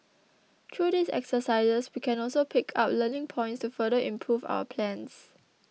through these exercises we can also pick up learning points to further improve our plans